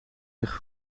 zich